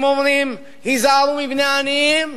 אם אומרים, היזהרו בבני עניים,